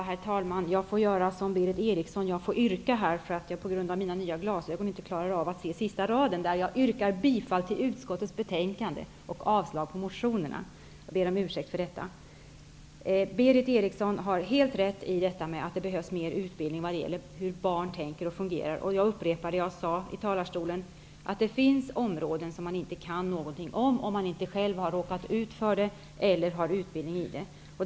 Herr talman! Liksom Berith Eriksson glömde jag mitt yrkande. Jag kunde på grund av mina nya glasögon inte se sista raden i mitt manuskript. Jag yrkar alltså bifall till hemställan i utskottets betänkande och avslag på reservationerna. Jag ber om ursäkt för att jag glömde detta. Berith Eriksson har helt rätt i att det behövs mer utbildning när det gäller hur barn tänker och fungerar. Jag upprepar det som jag sade tidigare om att det finns områden som man inte kan något om om man inte själv har råkat ut för det eller har utbildning i det.